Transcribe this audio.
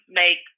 make